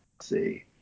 see